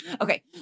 Okay